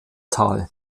tal